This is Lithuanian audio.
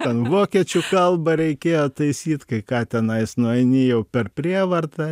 ten vokiečių kalbą reikėjo taisyt kai ką tenais nueini jau per prievartą